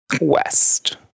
west